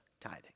tithing